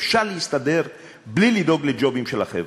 אפשר להסתדר בלי לדאוג לג'ובים של החבר'ה.